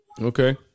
Okay